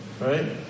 Right